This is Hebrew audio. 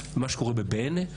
מה שקורה בבועיינה,